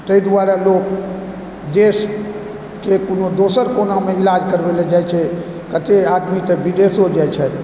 तैं दुआरे लोक देशके कोनो दोसर कोनामे इलाज करबै लए जाइ छै कते आदमी तऽ विदेशो जाइ छथि